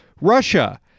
Russia